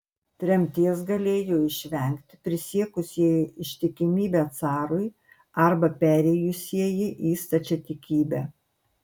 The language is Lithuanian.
tremties galėjo išvengti prisiekusieji ištikimybę carui arba perėjusieji į stačiatikybę